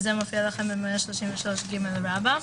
זה מופיע בסעיף 133ג רבא.